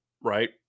right